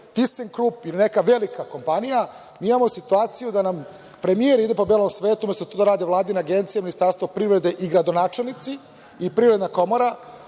„Tisen krup“ ili neka velika kompanija. Mi imamo situaciju da nam premijer ide po belom svetu, umesto to da rade Vladine agencije, Ministarstvo privrede i gradonačelnici i Privredna komora,